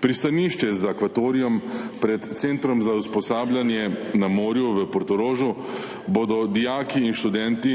Pristanišče z akvatorijem pred Centrom za usposabljanje na morju v Portorožu bodo dijaki in študenti